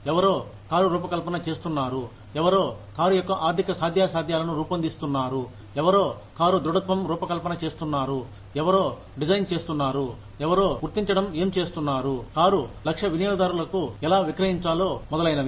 ఎవరో కారు రూపకల్పన చేస్తున్నారు ఎవరో కారు యొక్క ఆర్థిక సాధ్యాసాధ్యాలను రూపొందిస్తున్నారు ఎవరో కారు దృఢత్వం రూపకల్పన చేస్తున్నారు ఎవరు డిజైన్ చేస్తున్నారు ఎవరు గుర్తించడం ఏం చేస్తున్నారు కారు లక్ష్య వినియోగదారులకు ఎలా విక్రయించాలలో మొదలైనవి